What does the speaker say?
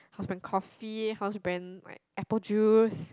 house brand coffee house brand like apple juice